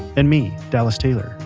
and me, dallas taylor.